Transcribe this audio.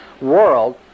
world